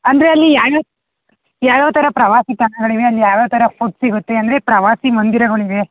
ಅಂದರೆ ಅಲ್ಲಿ ಯಾವ್ಯಾವ ಯಾವ್ಯಾವ ಥರ ಪ್ರವಾಸಿ ತಾಣಗಳಿವೆ ಅಲ್ಲಿ ಯಾವ್ಯಾವ ಥರ ಫುಡ್ ಸಿಗುತ್ತೆ ಅಂದರೆ ಪ್ರವಾಸಿ ಮಂದಿರಗಳಿವೆ